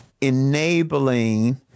Enabling